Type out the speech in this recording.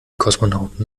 kosmonauten